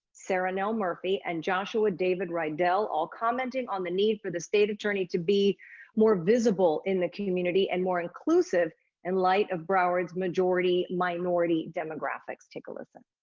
sarahnell murphy and joshua david rydell, all commenting on the need for the state attorney to be more visible in the community and more inclusive in light of broward's majority minority demographics. take a listen.